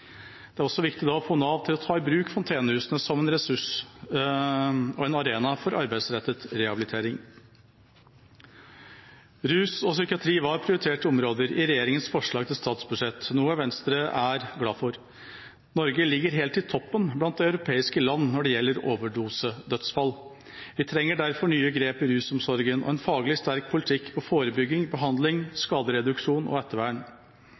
Det er også viktig å få Nav til å ta i bruk fontenehusene som en ressurs og en arena for arbeidsrettet rehabilitering. Rus og psykiatri var prioriterte områder i regjeringas forslag til statsbudsjett, noe Venstre er glad for. Norge ligger helt i toppen blant de europeiske land når det gjelder overdosedødsfall. Vi trenger derfor nye grep i rusomsorgen og en faglig sterk politikk når det gjelder forebygging, behandling, skadereduksjon og ettervern.